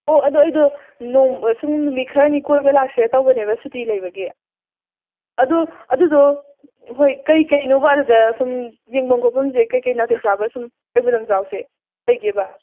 ꯑꯣ ꯑꯗꯣ ꯑꯩꯗꯣ ꯁꯨꯝ ꯅꯨꯃꯤꯠ ꯈꯔꯅꯤ ꯀꯣꯏꯕ ꯂꯥꯛꯁꯤꯔꯥ ꯇꯧꯕꯅꯦꯕ ꯁꯨꯇꯤ ꯂꯩꯕꯒꯤ ꯑꯗꯨ ꯑꯗꯨꯗꯣ ꯍꯣꯏ ꯀꯩꯀꯩꯅꯣꯕ ꯑꯗꯨꯗ ꯁꯨꯝ ꯌꯦꯡꯐꯝ ꯈꯣꯠꯐꯝꯁꯦ ꯀꯩꯀꯩ ꯅꯥꯇꯩ ꯆꯥꯕ ꯁꯨꯝ ꯀꯩꯕꯨꯜ ꯂꯝꯖꯥꯎꯁꯦ ꯂꯩꯒꯦꯕ